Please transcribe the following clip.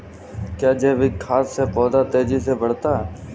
क्या जैविक खाद से पौधा तेजी से बढ़ता है?